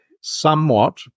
somewhat